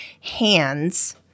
hands